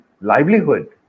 livelihood